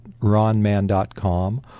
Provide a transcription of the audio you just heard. ronman.com